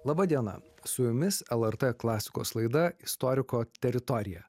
laba diena su jumis lrt klasikos laida istoriko teritorija